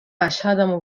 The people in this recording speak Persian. اشهدمو